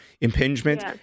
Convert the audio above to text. impingement